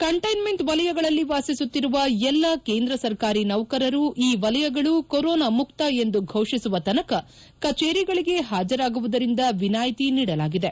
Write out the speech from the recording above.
containment ವಲಯಗಳಲ್ಲಿ ವಾಸಿಸುತ್ತಿರುವ ಎಲ್ಲಾ ಕೇಂದ್ರ ಸರ್ಕಾರಿ ಸೌಕರರು ಈ ವಲಯಗಳು ಕೊರೊನಾ ಮುಕ್ತ ಎಂದು ಘೋಷಿಸುವ ತನಕ ಕಜೇರಿಗಳಿಗೆ ಹಾಜರಾಗುವುದರಿಂದ ವಿನಾಯಿತಿ ನೀಡಲಾಗಿದೆ